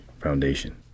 foundation